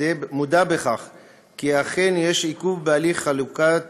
מודה כי אכן יש עיכוב בהליך חלוקת